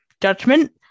judgment